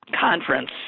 conference